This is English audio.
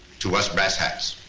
to us brass hats.